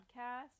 podcast